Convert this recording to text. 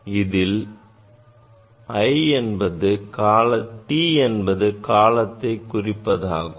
இதில் t என்பது காலத்தைக் குறிப்பதாகும்